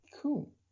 Cool